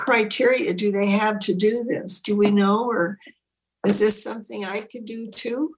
criteria do they have to do this do we know or is this something i